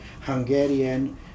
Hungarian